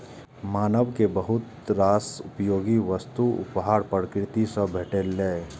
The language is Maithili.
मानव कें बहुत रास उपयोगी वस्तुक उपहार प्रकृति सं भेटलैए